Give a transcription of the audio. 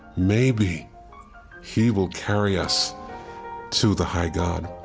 maybe he will carry us to the high god.